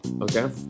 Okay